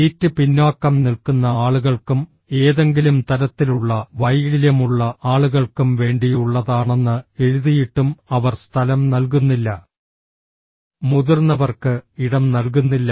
seat പിന്നാക്കം നിൽക്കുന്ന ആളുകൾക്കും ഏതെങ്കിലും തരത്തിലുള്ള വൈകല്യമുള്ള ആളുകൾക്കും വേണ്ടിയുള്ളതാണെന്ന് എഴുതിയിട്ടും അവർ സ്ഥലം നൽകുന്നില്ല മുതിർന്നവർക്ക് ഇടം നൽകുന്നില്ല